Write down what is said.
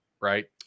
right